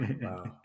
Wow